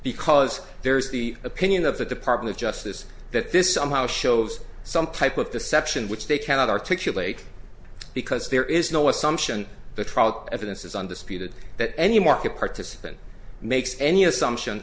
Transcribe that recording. because there's the opinion of the department of justice that this somehow shows some type of deception which they cannot articulate because there is no assumption the trial evidence is undisputed that any market participant makes any assumption